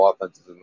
offenses